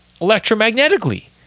electromagnetically